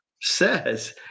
says